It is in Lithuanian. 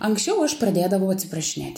anksčiau už pradėdavau atsiprašinėt